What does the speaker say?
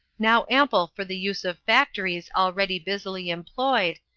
now ample for the use of factories already busily employed,